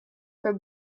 for